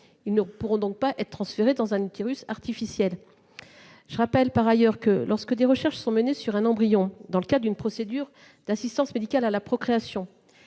Ils ne pourront donc pas,, être transférés dans un utérus artificiel. Par ailleurs, je rappelle que, lorsque des recherches sont menées sur un embryon dans le cadre d'une procédure d'assistance médicale à la procréation,